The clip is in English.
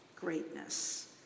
greatness